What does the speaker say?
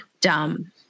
dumb